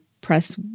press